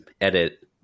edit